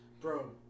Bro